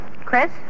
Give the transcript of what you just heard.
Chris